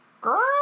Girl